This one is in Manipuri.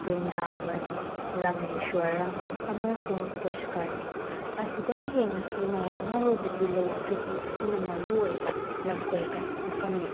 ꯕ꯭ꯔꯤꯟꯗꯥꯕꯟ ꯔꯥꯃꯦꯁ꯭ꯋꯣꯔꯝ ꯑꯃꯁꯨꯡ ꯄꯨꯁꯀꯔꯅꯤꯛ ꯑꯁꯤꯗꯒꯤ ꯍꯦꯟꯅꯁꯨ ꯃꯌꯥꯝ ꯑꯃꯕꯨꯗꯤ ꯂꯩ ꯑꯗꯨꯕꯨ ꯑꯁꯤꯅ ꯃꯔꯨ ꯑꯣꯏꯕ ꯂꯝ ꯀꯣꯏꯕ ꯃꯐꯝꯅꯤ